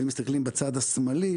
ואם מסתכלים בצד השמאלי